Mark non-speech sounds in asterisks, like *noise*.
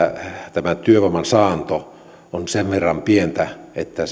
tämä työvoiman saanti on sen verran pientä että *unintelligible*